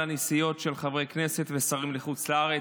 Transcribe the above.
על הנסיעות של חברי כנסת ושרים לחוץ לארץ.